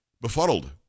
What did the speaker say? befuddled